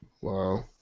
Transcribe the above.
Wow